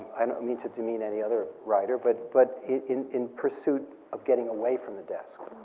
i don't mean to demean any other writer, but but in in pursuit of getting away from the desk.